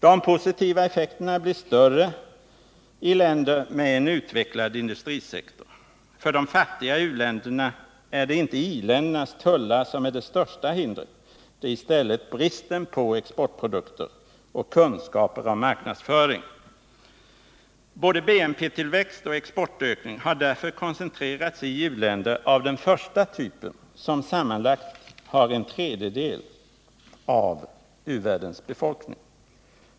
De positiva effekterna blir större i u-länder med en utvecklad industrisektor. För de fattiga u-länderna är det inte i-ländernas tullar som är det största hindret. Det är i stället bristen på exportprodukter och kunskaper om marknadsföring. Både BNP-tillväxten och exportökningen har därför koncentrerats i u-länder av den första, typen som sammanlagt har en tredjedel av u-världens befolkning.